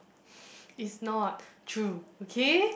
it's not true okay